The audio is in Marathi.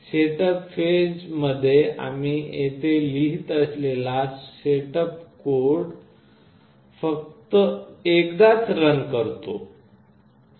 सेटअप फेज मध्ये आम्ही येथे लिहित असलेला सेटअप कोड फक्त एकदाच रन करतो